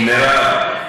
מירב,